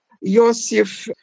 Yosef